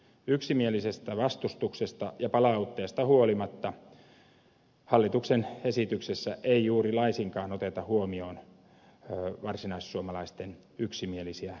yksimielisestä vastustuksesta ja palautteesta huolimatta hallituksen esityksessä ei juuri laisinkaan oteta huomioon varsinaissuomalaisten yksimielisiä vaatimuksia